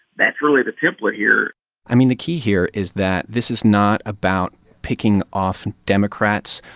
that's really the template here i mean, the key here is that this is not about picking off democrats,